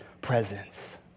presence